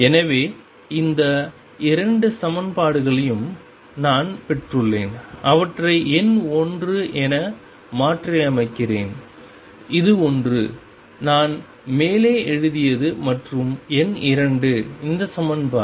எனவே இந்த 2 சமன்பாடுகளையும் நான் பெற்றுள்ளேன் அவற்றை எண் 1 என மாற்றியமைக்கிறேன் இது ஒன்று நான் மேலே எழுதியது மற்றும் எண் 2 இந்த சமன்பாடு